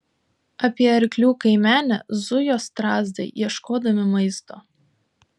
apie arklių kaimenę zujo strazdai ieškodami maisto